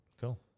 Cool